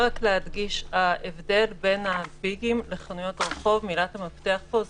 להדגיש ההבדל בין הביגים לחנויות הרחוב מילת המפתח היא התקהלויות.